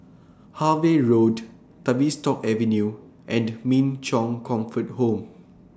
Harvey Road Tavistock Avenue and Min Chong Comfort Home